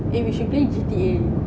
eh we should play G_T_A